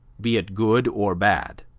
be it good or bad.